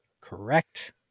correct